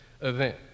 event